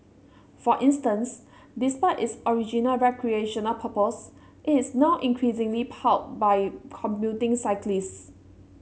for instance despite its original recreational purpose it is now increasingly by commuting cyclists